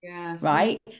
Right